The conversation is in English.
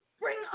bring